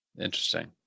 interesting